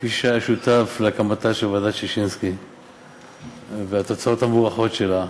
כמי שהיה שותף להקמתה של ועדת ששינסקי והתוצאות המוערכות שלה,